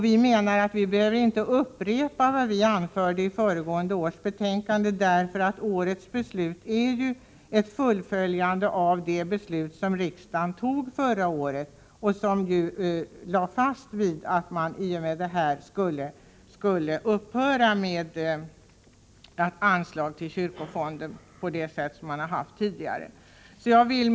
Vi menar att vi inte behöver upprepa vad vi anförde i föregående års betänkande, eftersom årets beslut bara är ett fullföljande av det beslut som riksdagen tog förra året, som lade fast att man i och med detta skulle upphöra med att lämna anslag till kyrkofonden på det sätt som skett tidigare. Herr talman!